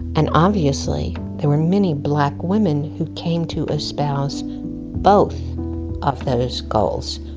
and obviously there were many black women who came to espouse both of those goals,